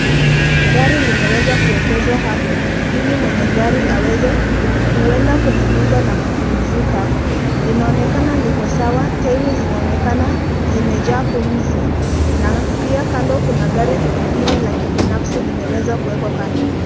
Gari limeweza kuwekezwa hapo, ili mwenye gari aweze kuenda kwenye nyumba na kupumzika. Linaonekana liko sawa, tairi zinaonekana zimejaa pumzi na pia kando kuna gari lingine la kibinafsi limeweza kuwekwa kando.